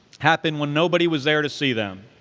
happened when nobody was there to see them.